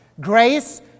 Grace